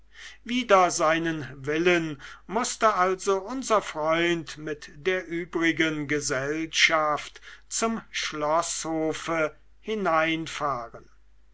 wider seinen willen mußte also unser freund mit der übrigen gesellschaft zum schloßhofe hineinfahren